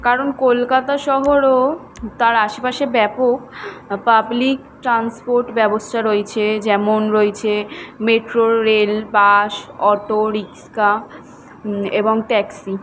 কারণ কলকাতা শহর ও তার আশেপাশে ব্যাপক পাবলিক ট্রান্সপোর্ট ব্যবস্থা রয়েছে যেমন রয়েছে metro rail bus auto rickshaw এবং ট্যাক্সি